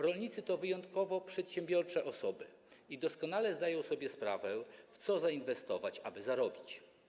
Rolnicy to wyjątkowo przedsiębiorcze osoby i doskonale zdają sobie sprawę, w co zainwestować, aby zarobić.